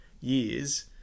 years